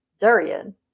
Durian